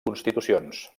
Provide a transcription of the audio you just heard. constitucions